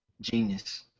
Genius